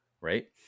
right